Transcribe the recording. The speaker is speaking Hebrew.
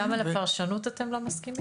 גם על הפרשנות אתם לא מסכימים?